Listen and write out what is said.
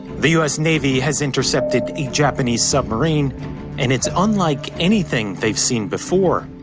the us navy has intercepted a japanese submarine and it's unlike anything they've seen before.